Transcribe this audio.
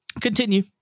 continue